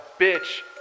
bitch